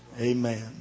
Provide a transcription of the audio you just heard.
Amen